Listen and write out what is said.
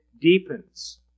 deepens